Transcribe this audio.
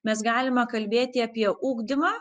mes galime kalbėti apie ugdymą